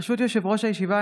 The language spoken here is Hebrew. ברשות יושב-ראש הישיבה,